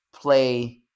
play